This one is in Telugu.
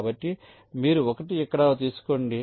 కాబట్టి మీరు 1 ఇక్కడకు తీసుకురండి